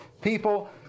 people